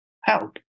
help